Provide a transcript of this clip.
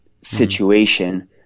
situation